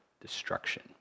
destruction